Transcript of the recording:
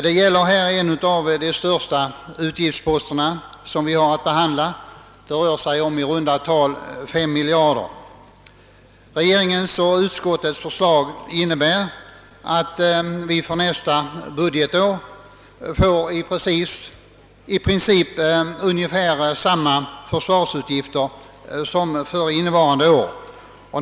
Det gäller en av de största utgiftsposter vi har att behandla, i runda tal 5 miljarder kronor. Regeringens och utskottets förslag innebär att vi för nästa budgetår får i princip samma försvarsutgifter som för innevarande år.